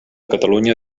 catalunya